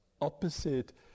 opposite